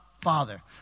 Father